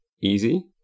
easy